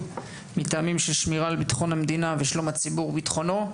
מטעמים של שמירה על ביטחון המדינה ושלום הציבור וביטחונו,